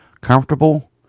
comfortable